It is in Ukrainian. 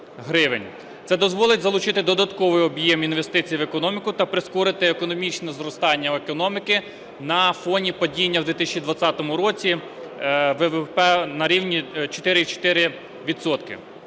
Це дозволить залучити додатковий об'єм інвестицій в економіку та прискорити економічне зростання економіки на фоні падіння в 2020 році ВВП на рівні 4,4